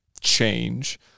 change